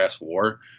war